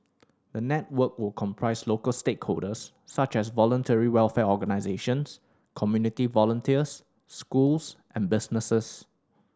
the network will comprise local stakeholders such as voluntary welfare organisations community volunteers schools and businesses